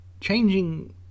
Changing